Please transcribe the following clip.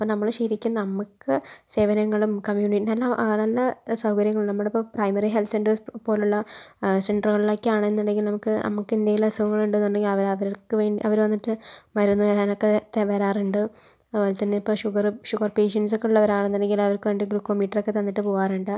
അപ്പോൾ നമ്മൾ ശെരിക്കും നമുക്ക് സേവനങ്ങളും കമ്യൂണി നല്ലാ നല്ല സൗകര്യങ്ങളും നമ്മളിപ്പം പ്രൈമറി ഹെൽത്ത് സെന്റേർസ് പോലുള്ള സെൻ്ററുകളിലൊക്കെയാണെന്നുണ്ടെങ്കിൽ നമുക്ക് നമുക്കേന്തേലും അസുഖങ്ങൾ ഉണ്ടെന്നുണ്ടെങ്കിൽ അവർ അവർക്ക് വേണ്ടി അവർ വന്നിട്ട് മരുന്ന് തരാനൊക്കെ വരാറുണ്ട് അതുപോലെ തന്നെ ഇപ്പോൾ ഷുഗറും ഷുഗർ പേഷ്യന്റ്സൊക്കൊ ഉള്ളവരാണെന്നിണ്ടെങ്കിൽ അവർക്ക് വേണ്ടി ഗ്ലൂക്കോ മീറ്ററൊക്കെ തന്നിട്ട് പോവാറുണ്ട്